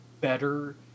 better